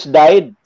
died